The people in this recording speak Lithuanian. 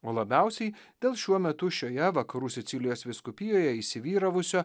o labiausiai dėl šiuo metu šioje vakarų sicilijos vyskupijoje įsivyravusio